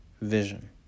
vision